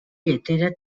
lletera